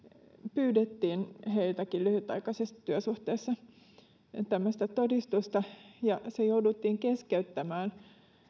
pyydettiin heiltä lyhytaikaisessakin työsuhteessa tämmöistä todistusta se jouduttiin keskeyttämään